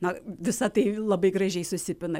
na visa tai labai gražiai susipina